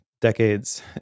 decades